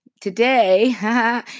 today